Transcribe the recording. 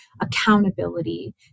accountability